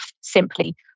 simply